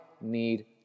need